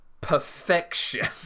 perfection